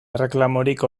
erreklamorik